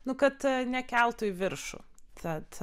nu kad nekeltų į viršų tad